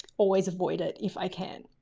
always avoid it if i can.